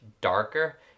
darker